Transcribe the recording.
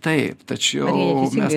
taip tačiau mes